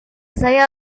saya